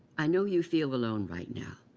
i know you feel alone right now.